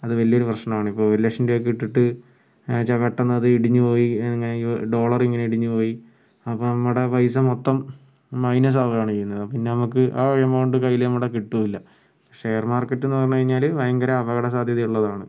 അത് വലിയൊരു പ്രശ്നമാണ് ഇപ്പോൾ ഒരു ലക്ഷം രൂപയൊക്കെ ഇട്ടിട്ട് എന്നുവെച്ചാൽ പെട്ടെന്ന് അത് ഇടിഞ്ഞുപോയി ഡോളർ ഇങ്ങനെ ഇടിഞ്ഞുപോയി അപ്പം നമ്മുടെ പൈസ മൊത്തം മൈനസ് ആവുകയാണ് ചെയ്യുന്നത് പിന്നെ നമുക്ക് ആ എമൗണ്ട് കയ്യില് നമ്മുടെ കിട്ടുകയില്ല ഷെയർ മാർക്കറ്റ് എന്ന് പറഞ്ഞുകഴിഞ്ഞാല് ഭയങ്കര അപകട സാധ്യത ഉള്ളതാണ്